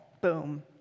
Boom